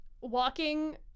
walking